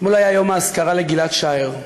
אתמול היה יום האזכרה לגיל-עד שער.